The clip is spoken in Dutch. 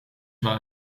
maar